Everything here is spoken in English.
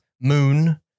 moon